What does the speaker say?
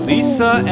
Lisa